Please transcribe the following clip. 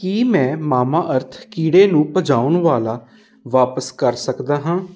ਕੀ ਮੈਂ ਮਾਮਾਅਰਥ ਕੀੜੇ ਨੂੰ ਭਜਾਉਣ ਵਾਲਾ ਵਾਪਸ ਕਰ ਸਕਦਾ ਹਾਂ